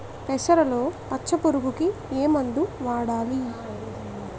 పెసరలో పచ్చ పురుగుకి ఏ మందు వాడాలి?